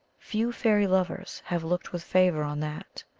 few fairy lovers have looked with favour on that.